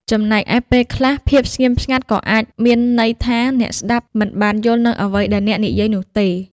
ចំណែកឯ ពេលខ្លះ ភាពស្ងៀមស្ងាត់ក៏អាចមានន័យថាអ្នកស្តាប់មិនបានយល់នូវអ្វីដែលអ្នកនិយាយនោះទេ។